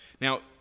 Now